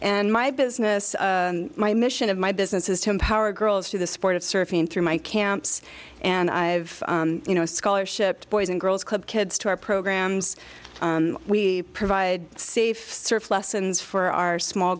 and my business my mission of my business is to empower girls through the sport of surfing through my camps and i've you know scholarship boys and girls club kids to our programs we provide safe surf lessons for our small